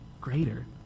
greater